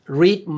read